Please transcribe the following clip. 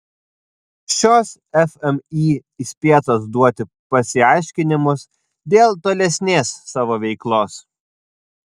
šios fmį įspėtos duoti pasiaiškinimus dėl tolesnės savo veiklos